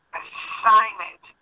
assignment